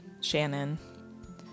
Shannon